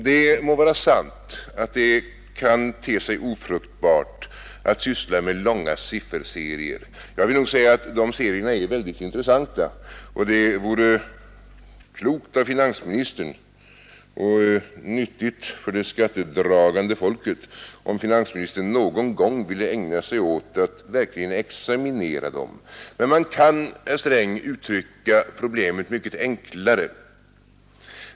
Det må vara sant att det kan te sig ofruktbart att syssla med långa sifferserier. Jag vill nog säga att de serierna är väldigt intressanta, när det gäller skatten, och det vore klokt av finansministern och nyttigt för det skattedragande folket, om finansministern någon gång ville ägna sig åt att verkligen examinera dem. Men man kan, herr Sträng, uttrycka problemet mycket enklare.